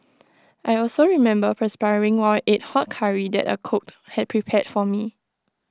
I also remember perspiring while ate hot Curry that A cook had prepared for me